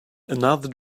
another